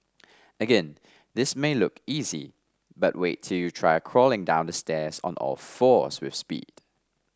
again this may look easy but wait till you try crawling down the stairs on all fours with speed